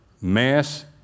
Mass